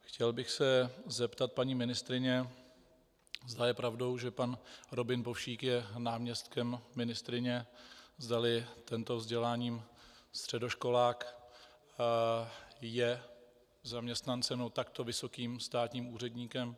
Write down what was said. Chtěl bych se zeptat paní ministryně, zda je pravdou, že pan Robin Povšík je náměstkem ministryně, zdali tento vzděláním středoškolák je zaměstnancem nebo takto vysokým státním úředníkem.